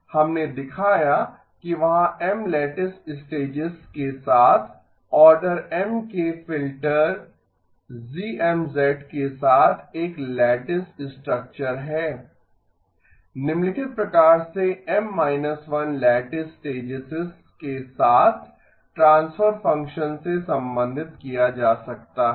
हमने दिखाया कि वहाँ M लैटिस स्टेजेस के साथ आर्डर M के फ़िल्टर GM के साथ एक लैटिस स्ट्रक्चर है निम्नलिखित प्रकार से M 1 लैटिस स्टेजेस के साथ ट्रान्सफर फंक्शन से संबंधित किया जा सकता है